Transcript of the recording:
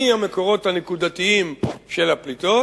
מהמקורות הנקודתיים של הפליטות.